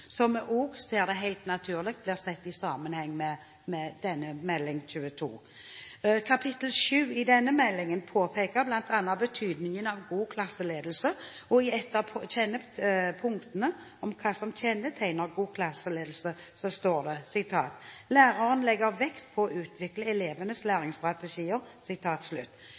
som vi også ser det helt naturlig blir sett i sammenheng med denne meldingen, Meld. St. nr. 22 for 2010–2011. Kapittel 7 i denne meldingen påpeker bl.a. betydningen av god klasseledelse, og i et av punktene om hva som kjennetegner god klasseledelse, står det: «Læreren legger vekt på å utvikle elevenes læringsstrategier.»